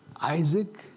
Isaac